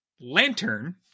Lantern